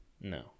No